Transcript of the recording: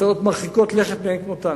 הצעות מרחיקות לכת מאין כמותן.